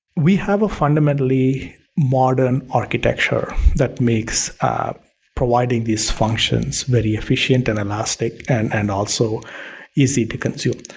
we have a fundamentally modern architecture that makes providing these functions very efficient and elastic and and also easy to consume.